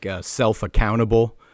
self-accountable